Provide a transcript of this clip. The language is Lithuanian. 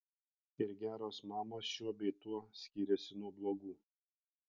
ir geros mamos šiuo bei tuo skiriasi nuo blogų